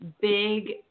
big